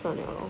的了